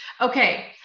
Okay